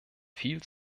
viel